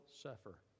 suffer